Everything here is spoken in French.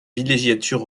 villégiature